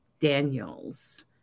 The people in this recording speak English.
Daniels